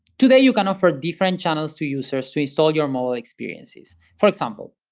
today you can offer different channels to users to install your mobile experiences. for example,